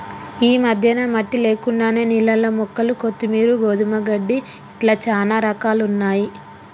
ఈ మధ్యన మట్టి లేకుండానే నీళ్లల్ల మొక్కలు కొత్తిమీరు, గోధుమ గడ్డి ఇట్లా చానా రకాలున్నయ్యి